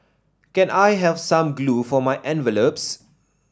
can I have some glue for my envelopes